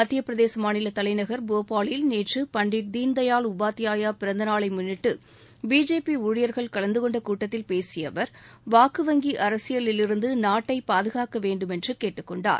மத்தியப்பிரதேச மாநில தலைநகர் போபாலில் நேற்று பண்டிட் தீன்தயாள் உபாத்யாயா பிறந்த நாளை முன்னிட்டு பிஜேபி ஊழியர்கள் கலந்து கொண்ட கூட்டத்தில் பேசிய அவர் வாக்கு வங்கி அரசியலிலிருந்து நாட்டை பாதுகாக்க வேண்டுமென்று கேட்டுக் கொண்டார்